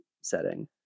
setting